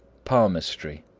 palmistry,